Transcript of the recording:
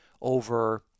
over